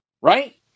right